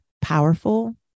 powerful